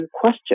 question